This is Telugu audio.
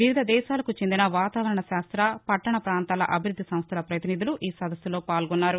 వివిధ దేశాలకు చెందిన వాతావరణశాస్ర పట్టణ పాంతాల అభివృద్ది సంస్థల పతినిధులు ఈ సదస్సులో పాల్గొన్నారు